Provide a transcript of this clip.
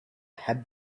had